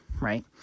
right